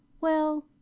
Well